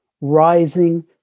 rising